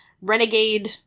renegade